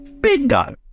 bingo